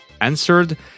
answered